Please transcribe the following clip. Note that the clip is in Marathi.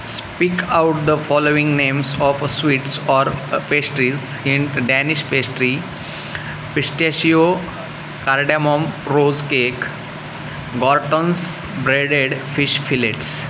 speak out the following names of a sweets or a pastries hint Danish pastry pistachio cardamom rose cake Gorton's breaded fish fillets